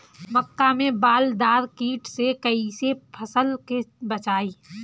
मक्का में बालदार कीट से कईसे फसल के बचाई?